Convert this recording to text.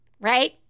right